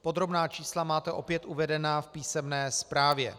Podrobná čísla máte opět uvedena v písemné zprávě.